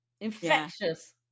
Infectious